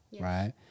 right